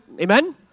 Amen